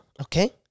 okay